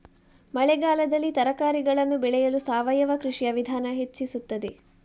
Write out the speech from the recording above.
ಮಳೆಗಾಲದಲ್ಲಿ ತರಕಾರಿಗಳನ್ನು ಬೆಳೆಯಲು ಸಾವಯವ ಕೃಷಿಯ ವಿಧಾನ ಹೆಚ್ಚಿಸುತ್ತದೆ?